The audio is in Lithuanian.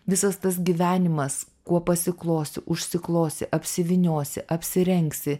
visas tas gyvenimas kuo pasiklosiu užsiklosi apsivyniosi apsirengsi